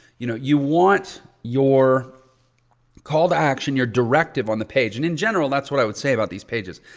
you know you want your call to action, your directive on the page and in general, that's what i would say about these pages.